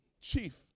chief